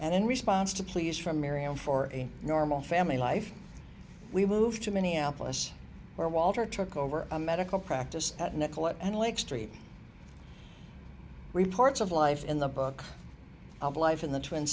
and in response to pleas from miriam for a normal family life we moved to minneapolis where walter took over a medical practice at nicollette and lake street reports of life in the book of life in the twin